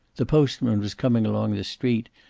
the postman was coming along the street,